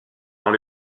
dans